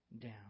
down